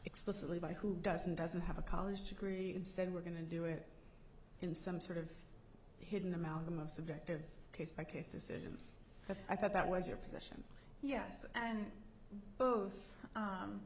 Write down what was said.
explicitly by who doesn't doesn't have a college degree and said we're going to do it in some sort of hidden amalgam of subjective case by case decision but i thought that was your position yes and both